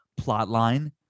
plotline